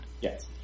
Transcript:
Yes